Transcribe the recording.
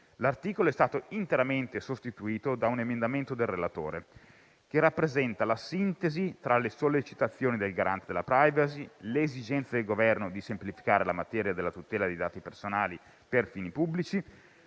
L'articolo è stato interamente sostituito da un emendamento del relatore che rappresenta la sintesi tra le sollecitazioni del Garante della *privacy*, le esigenze del Governo di semplificare la materia della tutela dei dati personali per fini pubblici,